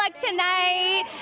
tonight